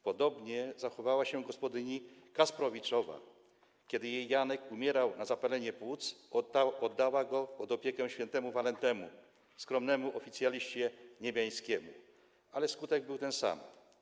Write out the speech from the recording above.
Podobnie zachowała się gospodyni Kasprowiczowa - kiedy jej Janek umierał na zapalenie płuc, oddała go pod opiekę św. Walentemu, skromnemu oficjaliście niebiańskiemu, ale skutek był ten sam.